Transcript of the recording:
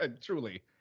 truly